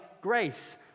grace